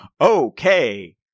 Okay